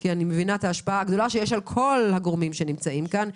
כי אני מבינה את ההשפעה הגדולה שיש על כל הגורמים שנמצאים כאן,